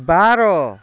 ବାର